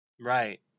right